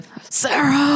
Sarah